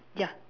ya